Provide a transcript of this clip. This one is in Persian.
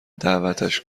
دعوتش